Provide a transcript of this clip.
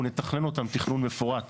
אנחנו נתכנן אותם תכנון מפורט